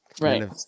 Right